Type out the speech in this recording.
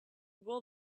will